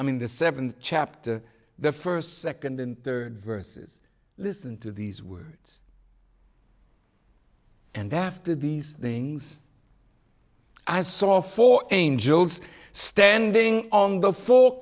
i mean the seven chapters the first second and third verses listen to these words and after these things i saw four angels standing on the four